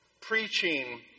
Preaching